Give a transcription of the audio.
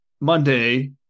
Monday